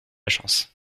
chance